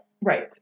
Right